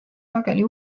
sageli